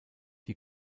die